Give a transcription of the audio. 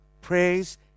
Praise